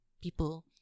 people